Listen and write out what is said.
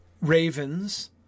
Ravens